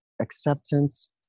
acceptance